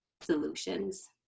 solutions